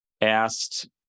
asked